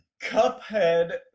Cuphead